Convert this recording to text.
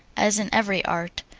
as in every art,